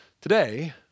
Today